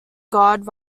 god